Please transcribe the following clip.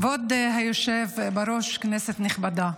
כבוד היושב בראש, כנסת נכבדה,